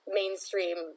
mainstream